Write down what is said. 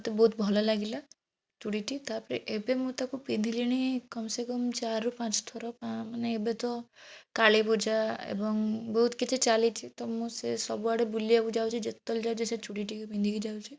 ମୋତେ ବହୁତ ଭଲ ଲାଗିଲା ଚୁଡ଼ିଟି ତା'ପରେ ଏବେ ମୁଁ ତାକୁ ପିନ୍ଧିଲିଣି କମ୍ ସେ କମ୍ ଚାରିରୁ ପାଞ୍ଚଥର ମାନେ ଏବେ ତ କାଳୀପୂଜା ଏବଂ ବହୁତ କିଛି ଚାଲିଛି ତ ମୁଁ ସେସବୁ ଆଡ଼େ ବୁଲିବାକୁ ଯାଉଛି ଯେତେବେଳେ ଯାଉଛି ସେ ଚୁଡ଼ିଟିକି ପିନ୍ଧିକି ଯାଉଛି